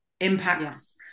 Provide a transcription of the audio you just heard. impacts